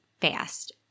fast